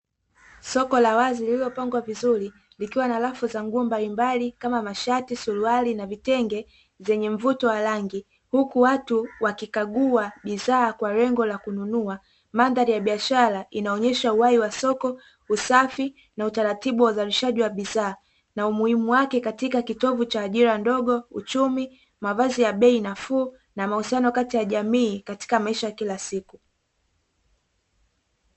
Soko la wazi lililopangwa vizuri likiwa na rafu za nguo mbalimbali kama mashati, suruali na vitenge zenye mvuto wa rangi, huku watu wakikagua bidhaa kwa lengo la kununua. Mandhari ya biashara inaonyesha uhai wa soko, usafi na utaratibu wa uzalishaji wa bidhaa na umuhimu wake katika kitovu cha ajira ndogo, uchumi, mavazi ya bei nafuu na mahusiano kati ya jamii katika maisha ya kila siku."